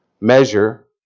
measure